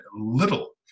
little